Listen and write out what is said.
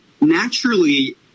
naturally